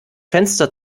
fenster